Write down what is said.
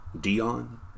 Dion